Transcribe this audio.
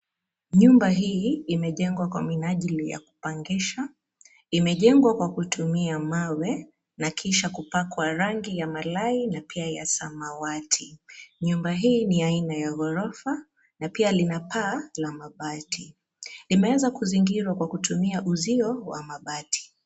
Nyumba hii imejengwa kwa minajili ya kupangisha, imejengwa kwa kutumia mawe, na kisha kupakwa rangi ya malai na pia ya samawati, nyumba hii ni aina ya ghorofa, na pia lina paa, la mabati, limeweza kuzingirwa kutumia uzio wa mabati.